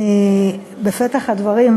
בפתח הדברים,